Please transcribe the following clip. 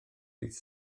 dydd